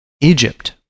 Egypt